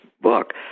book